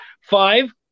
five